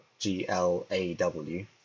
G-L-A-W